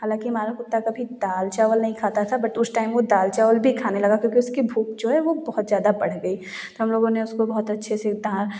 हालाँकि हमारा कुत्ता कभी दाल चावल नहीं खाता था बट उस टाइम वह दाल चावल भी खाने लगा क्योंकि उसकी भूख जो है वह बहुत ज़्यादा बढ़ गई हम लोगों ने उसको बहुत अच्छे से